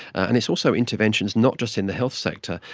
and it's also interventions not just in the health sector,